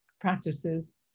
practices